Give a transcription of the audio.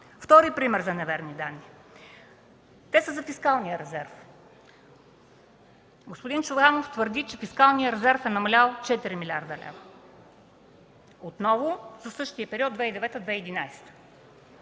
Втори пример за неверни данни. Те са за фискалния резерв. Господин Чобанов твърди, че фискалният резерв е намалял с 4 млрд. лв. отново със същия период 2009-2011